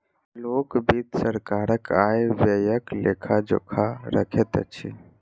लोक वित्त सरकारक आय व्ययक लेखा जोखा रखैत अछि